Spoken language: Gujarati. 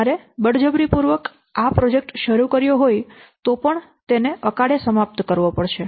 તમારે બળજબરીપૂર્વક આ પ્રોજેક્ટ શરૂ કર્યો હોય તો પણ તેને અકાળે સમાપ્ત કરવો પડશે